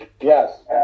yes